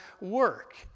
work